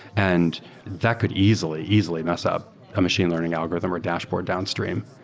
and that could easily, easily mess up a machine learning algorithm or dashboard downstream.